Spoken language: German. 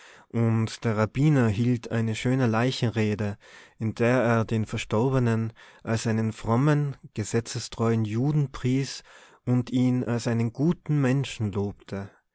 und der rabbiner hielt eine schöne leichenrede in der er den verstorbenen als einen frommen gesetzestreuen juden pries und ihn als einen guten menschen lobte